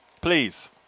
Please